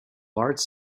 large